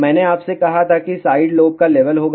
मैंने आपसे कहा था कि साइड लोब का लेवल होगा